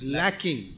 lacking